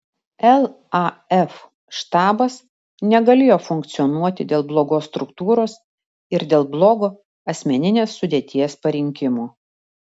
laf štabas negalėjo funkcionuoti dėl blogos struktūros ir dėl blogo asmeninės sudėties parinkimo